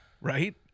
right